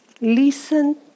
listen